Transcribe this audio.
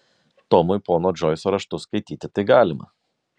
tomui pono džoiso raštus skaityti tai galima